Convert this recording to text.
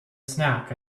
snack